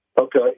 Okay